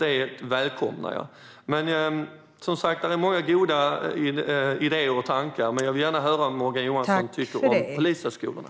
Det är som sagt många goda idéer och tankar. Men jag vill gärna höra vad Morgan Johansson tycker om polishögskolorna.